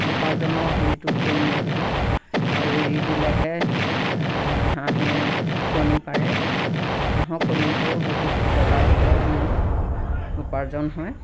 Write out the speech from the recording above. উপাৰ্জনৰ হেৰিটো কমি আহিব আৰু এৰি দিলেহে হাঁহে কণী পাৰে হাঁহৰ কণীৰ পৰাও বহুত উপকাৰ হয় মোৰ উপাৰ্জন হয়